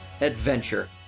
adventure